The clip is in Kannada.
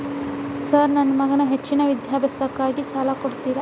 ಸರ್ ನನ್ನ ಮಗನ ಹೆಚ್ಚಿನ ವಿದ್ಯಾಭ್ಯಾಸಕ್ಕಾಗಿ ಸಾಲ ಕೊಡ್ತಿರಿ?